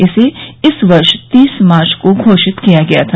इसे इस वर्ष तीस मार्च को घोषित किया गया था